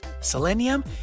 selenium